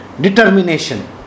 Determination